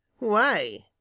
why?